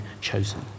chosen